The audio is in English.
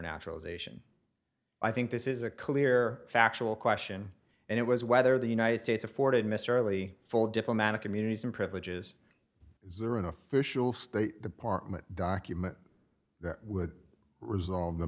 naturalization i think this is a clear factual question and it was whether the united states afforded mr early full diplomatic immunity and privileges zero in the official state department document that would resolve the